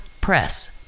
press